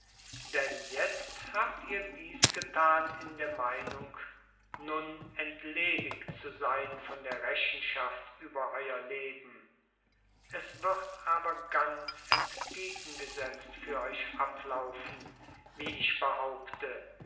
denn jetzt habt ihr dies getan in der meinung nun entledigt zu sein von der rechenschaft über euer leben es wird aber ganz entgegengesetzt für euch ablaufen wie ich behaupte